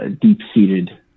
deep-seated